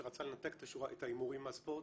שרצה לנתק את ההימורים מהספורט,